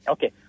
Okay